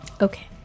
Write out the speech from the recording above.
Okay